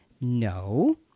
No